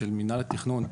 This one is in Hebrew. של מנהל התכנון.